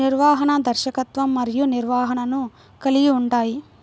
నిర్వహణ, దర్శకత్వం మరియు నిర్వహణను కలిగి ఉంటాయి